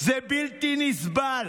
זה בלתי נסבל.